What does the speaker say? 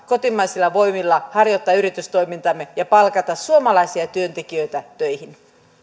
kotimaisilla voimilla harjoittaa yritystoimintaamme ja palkata suomalaisia työntekijöitä töihin